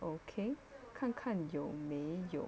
okay 看看有没有